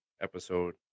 episode